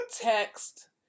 text